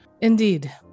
Indeed